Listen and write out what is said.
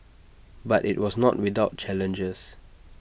but IT was not without challenges